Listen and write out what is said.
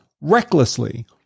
recklessly